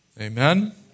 Amen